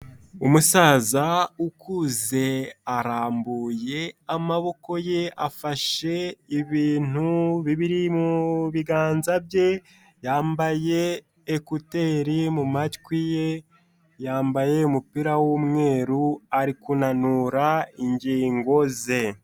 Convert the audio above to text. Umusaza ukuze arambuye amaboko ye afashe ibintu bibiri mu biganza bye, yambaye ekuteri mu matwi ye, yambaye umupira w'umweru ari kunanura ingingo ze.